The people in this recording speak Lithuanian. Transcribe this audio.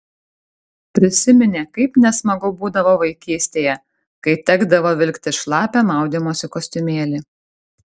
prisiminė kaip nesmagu būdavo vaikystėje kai tekdavo vilktis šlapią maudymosi kostiumėlį